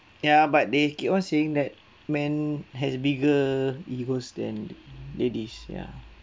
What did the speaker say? ya but they keep on saying that man has bigger egos than ladies ya